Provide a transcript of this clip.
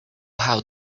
how